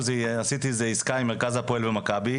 עשיתי איזו עסקה עם מרכז הפועל ומכבי,